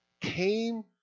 came